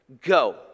go